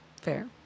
Fair